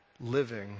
living